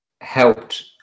helped